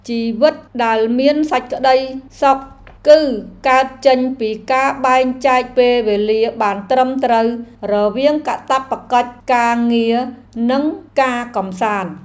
ជីវិតដែលមានសេចក្តីសុខ គឺកើតចេញពីការបែងចែកពេលវេលាបានត្រឹមត្រូវរវាងកាតព្វកិច្ចការងារនិងការកម្សាន្ត។